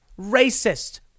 racist